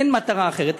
אין מטרה אחרת.